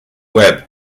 webb